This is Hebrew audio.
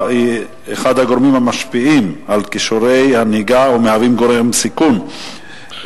אחד הגורמים המשפיעים על כישורי הנהיגה ומהווים גורם סיכון,